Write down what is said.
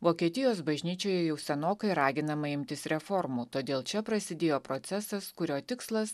vokietijos bažnyčioje jau senokai raginama imtis reformų todėl čia prasidėjo procesas kurio tikslas